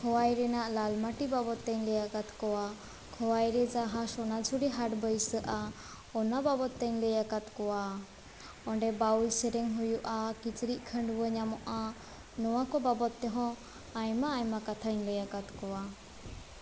ᱠᱷᱳᱣᱟᱭ ᱨᱮᱱᱟᱜ ᱞᱟᱞ ᱢᱟᱴᱤ ᱵᱟᱵᱚᱫ ᱛᱮᱧ ᱞᱟᱹᱭ ᱟᱠᱟᱫ ᱠᱚᱣᱟ ᱠᱷᱳᱣᱟᱭ ᱨᱮ ᱡᱟᱦᱟᱸ ᱥᱚᱱᱟᱡᱷᱚᱨᱤ ᱦᱟᱴ ᱵᱟᱹᱭᱥᱟᱹᱜᱼᱟ ᱚᱱᱟ ᱵᱟᱵᱚᱛᱮᱧ ᱞᱟᱹᱭᱟᱠᱟᱫ ᱠᱚᱣᱟ ᱚᱸᱰᱮ ᱵᱟᱣᱩᱞ ᱥᱮᱨᱮᱧ ᱦᱩᱭᱩᱜᱼᱟ ᱠᱤᱪᱨᱤᱡ ᱠᱷᱟᱹᱰᱩᱭᱟᱹ ᱧᱟᱢᱚᱜᱼᱟ ᱱᱚᱶᱟ ᱠᱚ ᱵᱟᱵᱚᱛ ᱛᱮᱦᱚᱸ ᱟᱭᱢᱟ ᱟᱭᱢᱟ ᱠᱟᱛᱷᱟᱧ ᱞᱟᱭ ᱟᱠᱟᱫ ᱠᱚᱣᱟ